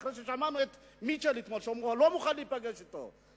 אחרי ששמענו את מיטשל אתמול אומר: לא מוכן להיפגש אתו,